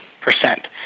percent